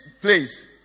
place